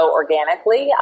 organically